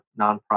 nonprofit